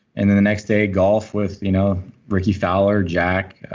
and then, the next day golf with you know ricky fowler jack,